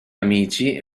amici